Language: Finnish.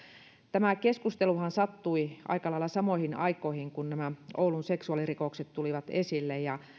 tämä keskusteluhan sattui aika lailla samoihin aikoihin kun nämä oulun seksuaalirikokset tulivat esille ja